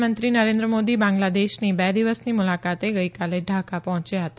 પ્રધાનમંત્રી નરેન્દ્ર મોદી બાંગ્લાદેશની બે દિવસની મુલાકાતે ગઇકાલે ઢાકા પહોચ્યા હતા